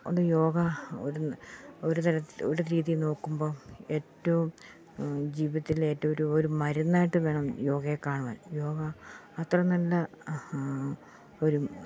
അത്കൊണ്ട് യോഗ ഒര് ഒരുതരത്തിൽ ഒരു രീതിയിൽ നോക്കുമ്പോൾ ഏറ്റവും ജീവിതത്തിലെ ഏറ്റവും ഒരു മരുന്നായിട്ട് വേണം യോഗയെ കാണാൻ യോഗ അത്ര നല്ല ഒരു